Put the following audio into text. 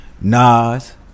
Nas